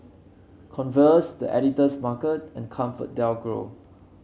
Converse The Editor's Market and ComfortDelGro